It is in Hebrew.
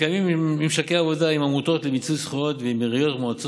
מקיימת ממשקי עבודה עם עמותות למיצוי זכויות ועם עיריות ומועצות